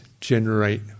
generate